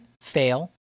fail